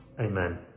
Amen